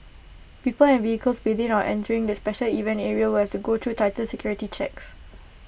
people and vehicles within or entering the special event areas will have to go through tighter security checks